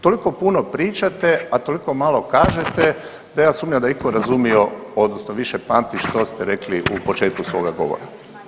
Toliko puno pričate, a toliko malo kažete, da ja sumnjam da je itko razumio odnosno više pamti što ste rekli u početku svoga govora.